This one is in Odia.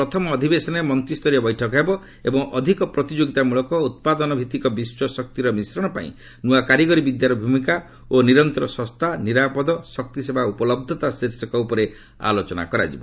ପ୍ରଥମ ଅଧିବେଶନରେ ମନ୍ତ୍ରିସ୍ତରୀୟ ବୈଠକ ବସିବ ଏବଂ ଅଧିକ ପ୍ରତିଯୋଗିତାମୂଳକ ଓ ଉତ୍ପାଦନ ଭିଭିକ ବିଶ୍ୱ ଶକ୍ତିର ମିଶ୍ରଣ ପାଇଁ ନୂଆ କାରିଗରୀ ବିଦ୍ୟାର ଭ୍ୟମିକା ଏବଂ ନିରନ୍ତର ଶସ୍ତା ଓ ନିରାପଦ ଶକ୍ତି ସେବା ଉପଲବ୍ଧତା ଶୀର୍ଷକ ଉପରେ ଆଲୋଚନା କରାଯିବ